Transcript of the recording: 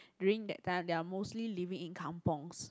during that time they are mostly living in kampungs